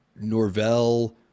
Norvell